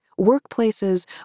Workplaces